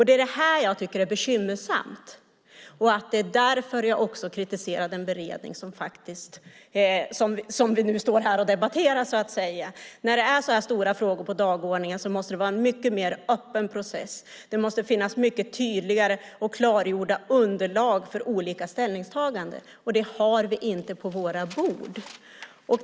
Det är det här jag tycker är bekymmersamt, och det är därför jag kritiserar den beredning som vi nu står här och debatterar. När det är så här stora frågor på dagordningen måste det vara en mycket mer öppen process. Det måste finnas mycket tydligare och klargjorda underlag för olika ställningstaganden. Det har vi inte på våra bord.